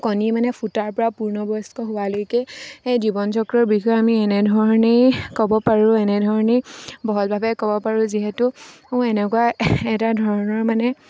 কণী মানে ফুটাৰ পৰা পূৰ্ণবয়স্ক হোৱালৈকে সেই জীৱন চক্ৰৰ বিষয়ে আমি এনেধৰণেই ক'ব পাৰোঁ এনেধৰণেই বহলভাৱে ক'ব পাৰোঁ যিহেতু এনেকুৱা এটা ধৰণৰ মানে